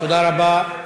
תודה רבה.